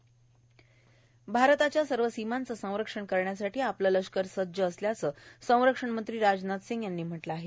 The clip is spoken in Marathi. ससस भारताच्या सर्व सीमांचं संरक्षण करण्यासाठी आपलं लष्कर सज्ज असल्याचं संरक्षणमंत्री राजनाथ सिंग यांनी म्हटलं आहे